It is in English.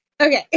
Okay